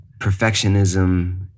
Perfectionism